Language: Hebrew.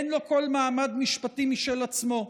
אין לו כל מעמד משפטי משל עצמו,